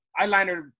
eyeliner